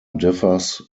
differs